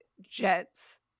jets